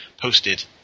posted